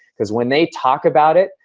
cause when they talk about it,